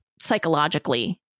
psychologically